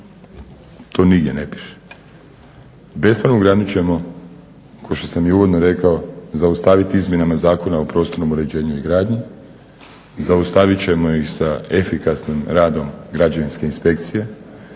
to nigdje ne piše. Bespravnu gradnju ćemo kao što sam i uvodno rekao zaustavit izmjenama Zakona o prostornom uređenju i gradnji, zaustavit ćemo ih sa efikasnim radom građevinske inspekcije,